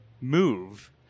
move